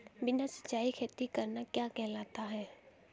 बिना सिंचाई खेती करना क्या कहलाता है?